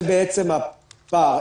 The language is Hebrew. זה בעצם הפער.